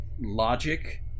logic